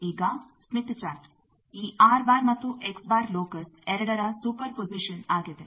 ಈಗ Smith chart ಈ ಮತ್ತು ಲೋಕಸ್ ಎರಡರ ಸೂಪರ್ ಪೊಜಿಷನ್ ಆಗಿದೆ